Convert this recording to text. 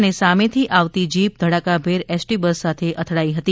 અને સામેથી આવતી જીપ ધડાકાભેર એસટી બસ સાથે અથડાઈ હતી